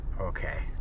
Okay